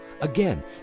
Again